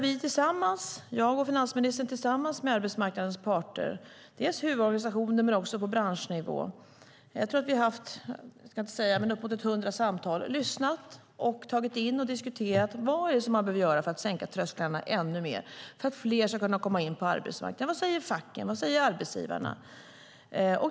Finansministern och jag har, tillsammans med arbetsmarknadens parter, dels huvudorganisationer, dels på branschnivå, haft ett hundratal samtal, lyssnat, tagit in och diskuterat vad som behöver göras för att sänka trösklarna så att fler kan komma in på arbetsmarknaden. Vad säger facken och arbetsgivarna?